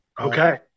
Okay